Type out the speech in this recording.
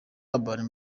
urban